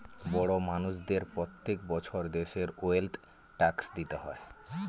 বড় মানষদের প্রত্যেক বছর দেশের ওয়েলথ ট্যাক্স দিতে হয়